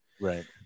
Right